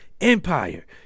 Empire